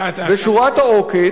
בשורת העוקץ,